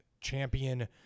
champion